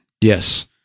Yes